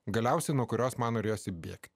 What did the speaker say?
galiausiai nuo kurios man norėjosi bėgti